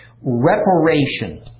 reparation